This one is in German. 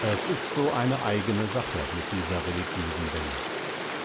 es ist so eine eigene sache mit dieser religiösen welle